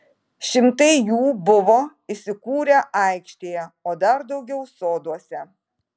šimtai jų buvo įsikūrę aikštėje o dar daugiau soduose